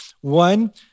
One